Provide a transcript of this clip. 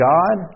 God